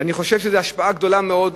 אני חושב שיש לזה השפעה גדולה מאוד,